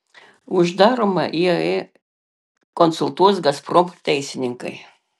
uždaromą iae konsultuos gazprom teisininkai